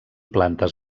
plantes